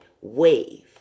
wave